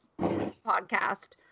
podcast